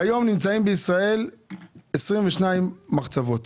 נמצאים בישראל 22 מחצבות.